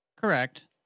Correct